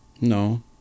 No